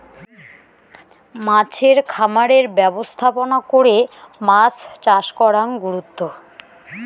মাছের খামারের ব্যবস্থাপনা করে মাছ চাষ করাং গুরুত্ব